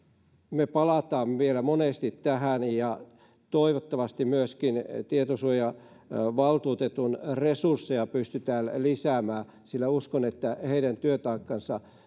me palaamme vielä monesti tähän ja toivottavasti myöskin tietosuojavaltuutetun resursseja pystytään lisäämään sillä uskon että heidän työtaakkansa